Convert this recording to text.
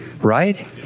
right